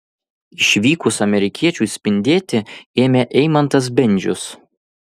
išvykus amerikiečiui spindėti ėmė eimantas bendžius